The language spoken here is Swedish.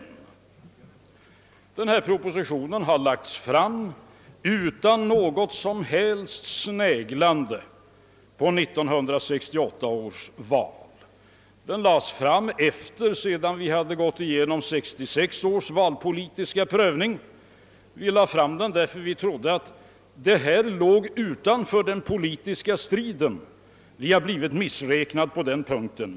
Denna proposition har lagts fram utan något som helst sneglande på 1968 års val. Den lades fram sedan vi hade genomgått 1966 års valpolitiska prövning, och vi lade fram den därför att vi trodde att detta var en fråga som kunde hållas utanför den politiska striden — vi har blivit missräknade på den punkten.